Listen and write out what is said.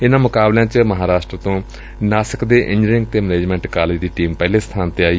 ਇਨ੍ਹਾ ਮੁਕਾਬਲਿਆਂ ਚ ਮਹਾਂਰਾਸ਼ਟਰ ਤੋ ਨਾਸਿਕ ਦੇ ਇੰਜਨੀਅਰਿੰਗ ਤੇ ਮੈਨੇਜਮੈਟ ਕਾਲਿਜ ਦੀ ਟੀਮ ਪਹਿਲੇ ਸਬਾਨ ਤੇ ਆਈ